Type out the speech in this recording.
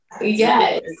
Yes